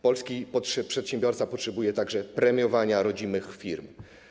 Polski przedsiębiorca potrzebuje także premiowania rodzimych firm.